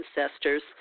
ancestors